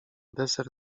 deser